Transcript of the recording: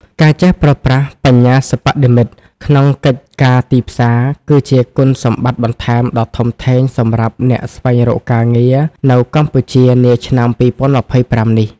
ការចេះប្រើប្រាស់បញ្ញាសិប្បនិម្មិត ក្នុងកិច្ចការទីផ្សារ គឺជាគុណសម្បត្តិបន្ថែមដ៏ធំធេងសម្រាប់អ្នកស្វែងរកការងារនៅកម្ពុជានាឆ្នាំ ២០២៥ នេះ។